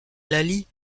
laly